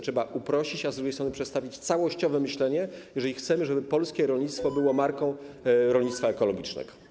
Trzeba to uprościć, a z drugiej strony przedstawić całościowe myślenie, jeżeli chcemy, żeby polskie rolnictwo było marką rolnictwa ekologicznego.